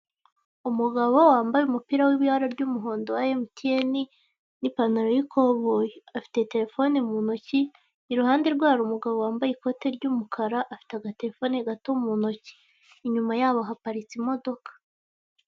Umugabo wambaye umupira w'ibara ry'umuhondo wa mtn n'ipantaro y'ikoboyi, afite terefoni mu ntoki, iruhande rwe hari umugabo wambaye ikote ry'umukara afite agaterefoni gatoya mu ntoki. Inyuma yabo haparitse imodoka.